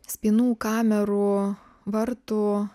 spynų kamerų vartų